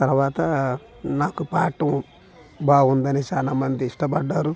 తర్వాత నాకు పాడటం బాగుందని చాలామంది ఇష్టపడ్డారు